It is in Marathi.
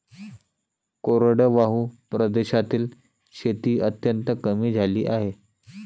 कोरडवाहू प्रदेशातील शेती अत्यंत कमी झाली आहे